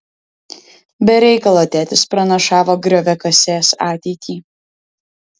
be reikalo tėtis pranašavo grioviakasės ateitį